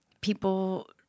People